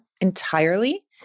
entirely